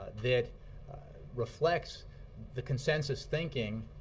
that reflects the consensus thinking